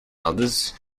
others